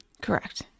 Correct